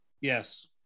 Yes